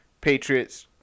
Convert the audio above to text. Patriots